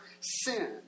sin